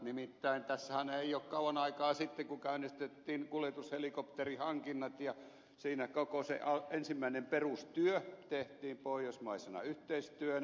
nimittäin tässähän ei ole kauan aikaa sitten kun käynnistettiin kuljetushelikopterihankinnat ja siinä koko se ensimmäinen perustyö tehtiin pohjoismaisena yhteistyönä